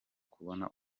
kubona